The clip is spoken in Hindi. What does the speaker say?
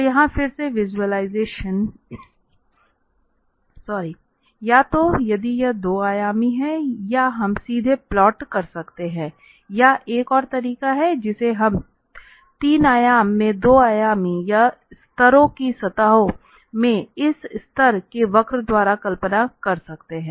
तो यहाँ फिर से विज़ुअलाइज़ेशन या तो यदि यह 2 आयामी है तो हम सीधे प्लॉट कर सकते हैं या एक और तरीका है जिसे हम 3 आयामी में 2 आयामी या स्तरों की सतहों में इस स्तर के वक्र द्वारा कल्पना कर सकते हैं